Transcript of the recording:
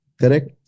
Correct